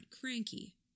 cranky